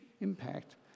impact